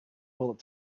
bullet